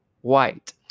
white